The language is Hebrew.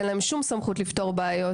ואין להם שום סמכות לפתור בעיות.